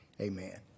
Amen